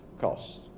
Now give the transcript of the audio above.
costs